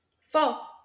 False